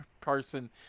person